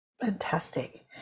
Fantastic